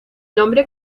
nombre